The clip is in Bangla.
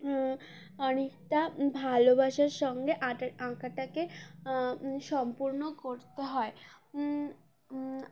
অনেকটা ভালোবাসার সঙ্গে আটা আঁকাটাকে সম্পূর্ণ করতে হয়